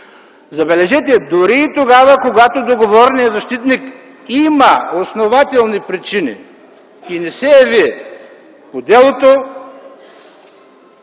забележете, дори и тогава, когато договореният защитник има основателни причини и не се яви по делото,